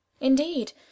indeed